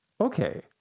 okay